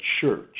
church